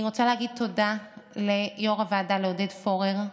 אני רוצה להגיד תודה ליו"ר הוועדה עודד פורר,